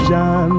John